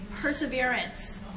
perseverance